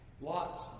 lots